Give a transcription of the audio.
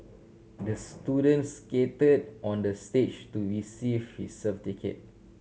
the student skated on the stage to receive his certificate